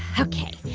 ok.